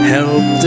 Help